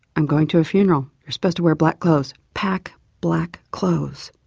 i'm going to a funeral, you're supposed to wear black clothes, pack black clothes.